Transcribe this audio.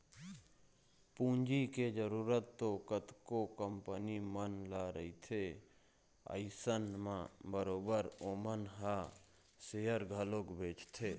पूंजी के जरुरत तो कतको कंपनी मन ल रहिथे अइसन म बरोबर ओमन ह सेयर घलोक बेंचथे